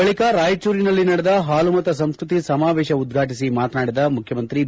ಬಳಕ ರಾಯಚೂರಿನಲ್ಲಿ ನಡೆದ ಹಾಲುಮತ ಸಂಸ್ಕತಿ ಸಮಾವೇತ ಉದ್ರಾಟಿಸಿ ಮಾತನಾಡಿದ ಮುಖ್ಯಮಂತ್ರಿ ಬಿ